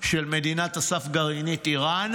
של מדינת הסף הגרעינית איראן,